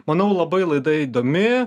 manau labai laida įdomi